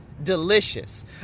Delicious